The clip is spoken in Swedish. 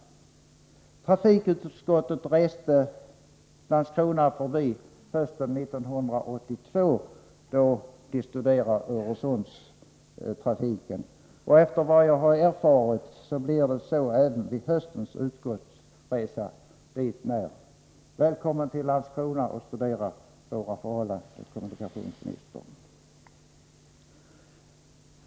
Trafikutskottet reste Landskrona förbi hösten 1982 vid sina Öresundsstudier, och efter vad jag erfarit kommer det att bli så även vid höstens utskottsresa dit ner. Välkommen till Landskrona och studera våra förhållanden, kommunikationsministern!